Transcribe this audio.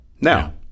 Now